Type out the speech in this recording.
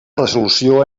resolució